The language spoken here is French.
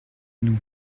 nous